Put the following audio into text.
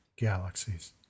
galaxies